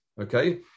Okay